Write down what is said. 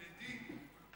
בדין.